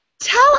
Tell